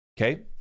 okay